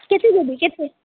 କେତେ ଦେବି କେତେ